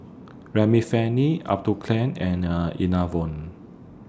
Remifemin Atopiclair and Enervon